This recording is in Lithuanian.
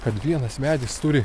kad vienas medis turi